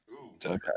Okay